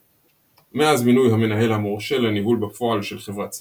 מאז מינוי המנהל המורשה לניהול בפועל של חברת סלייס,